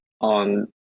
on